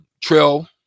trail